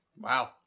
Wow